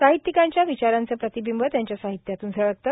साहित्यिकांच्या विचारांचे प्रतिबिंब त्यांच्या साहित्यातून झळकते